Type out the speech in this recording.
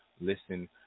listen